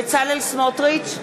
סמוטריץ,